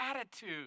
attitude